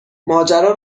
ماجرا